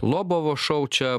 lobovo šou čia